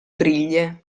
briglie